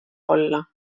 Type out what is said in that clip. olla